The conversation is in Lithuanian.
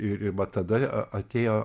ir ir va tada atėjo